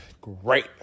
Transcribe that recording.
great